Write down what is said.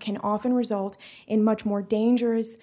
can often result in much more dangerous